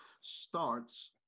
starts